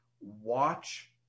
watch